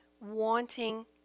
wanting